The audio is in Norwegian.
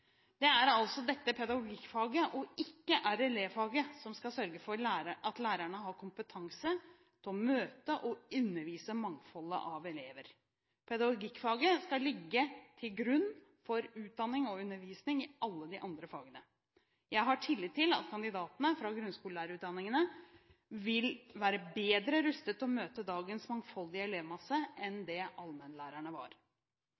Det er altså dette pedagogikkfaget, og ikke RLE-faget, som skal sørge for at lærerne har kompetanse til å møte og undervise mangfoldet av elever. Pedagogikkfaget skal ligge til grunn for utdanning og undervisning i alle de andre fagene. Jeg har tillit til at kandidatene fra grunnskolelærerutdanningene vil være bedre rustet til å møte dagens mangfoldige elevmasse enn det allmennlærerne var.